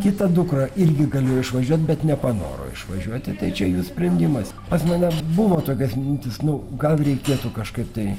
kita dukra irgi galėjo išvažiuot bet nepanoro išvažiuoti tai čia jų sprendimas pas mane buvo tokios mintys nu gal reikėtų kažkaip tai